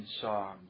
song